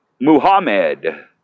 Muhammad